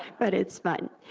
but it's but